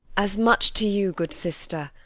as much to you, good sister!